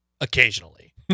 Occasionally